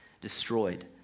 destroyed